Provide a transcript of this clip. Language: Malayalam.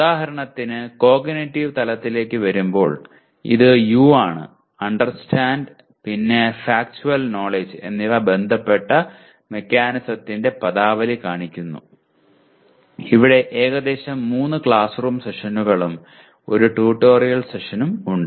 ഉദാഹരണത്തിന് കോഗ്നിറ്റീവ് തലത്തിലേക്ക് വരുമ്പോൾ ഇത് U ആണ് അണ്ടർസ്റ്റാൻഡ് പിന്നെ ഫക്ടുവൽ നോലെഡ്ജ് എന്നിവ ബന്ധപ്പെട്ട മെക്കാനിസത്തിന്റെ പദാവലി കാണിക്കുന്നു ഇവിടെ ഏകദേശം 3 ക്ലാസ് റൂം സെഷനുകളും 1 ട്യൂട്ടോറിയൽ സെഷനും ഉണ്ട്